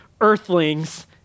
earthlings